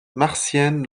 martienne